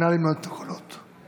נא למנות את הקולות.